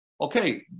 okay